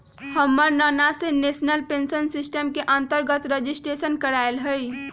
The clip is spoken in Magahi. हमर नना ने नेशनल पेंशन सिस्टम के अंतर्गत रजिस्ट्रेशन करायल हइ